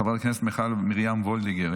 חברת הכנסת מיכל מרים וולדיגר,